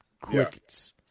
Crickets